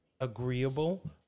agreeable